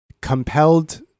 compelled